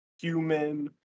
Human